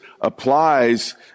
applies